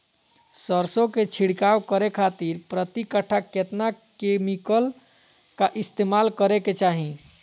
सरसों के छिड़काव करे खातिर प्रति कट्ठा कितना केमिकल का इस्तेमाल करे के चाही?